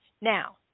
Now